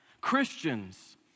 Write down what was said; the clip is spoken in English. Christians